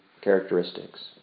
characteristics